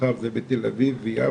מחר זה בתל אביב ויפו,